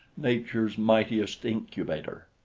nature's mightiest incubator.